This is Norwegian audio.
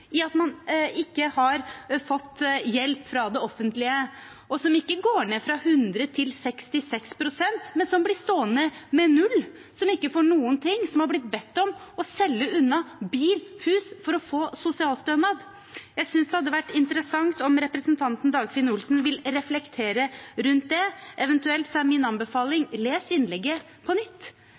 i at de ikke har fått hjelp fra det offentlige, og som ikke går ned fra 100 pst. til 66 pst., men som blir stående med null – som ikke får noen ting, som er blitt bedt om å selge unna bil og hus for å få sosialstønad? Jeg synes det hadde vært interessant om representanten Dagfinn Henrik Olsen ville reflektere rundt det. Eventuelt er min anbefaling: Les innlegget på nytt.